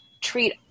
treat